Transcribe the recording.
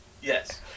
Yes